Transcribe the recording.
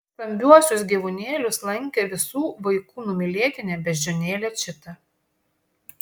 stambiuosius gyvūnėlius lankė visų vaikų numylėtinė beždžionė čita